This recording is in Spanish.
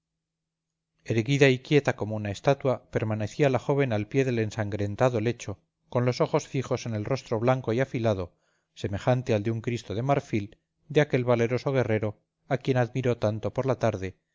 quieta como una estatua permanecía la joven al pie del ensangrentado lecho con los ojos fijos en el rostro blanco y afilado semejante al de un cristo de marfil de aquel valeroso guerrero a quien admiró tanto por la tarde